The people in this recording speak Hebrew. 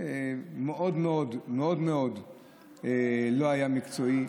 והוא היה מאוד מאוד לא מקצועי.